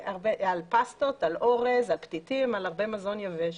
על פסטות, על אורז, על פתיתים, על מזון יבש.